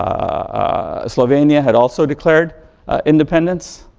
ah slovenia had also declared independence,